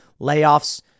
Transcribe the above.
layoffs